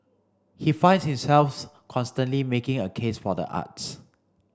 he finds himself constantly making a case for the arts